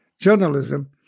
journalism